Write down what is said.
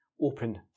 open